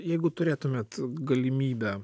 jeigu turėtumėt galimybę